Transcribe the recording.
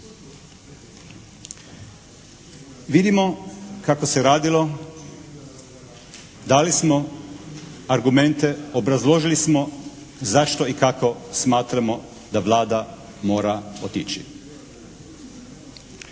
Vidimo kako se radilo, dali smo argumente, obrazložili smo zašto i kako smatramo da Vlada mora otići.